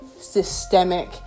systemic